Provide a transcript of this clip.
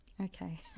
Okay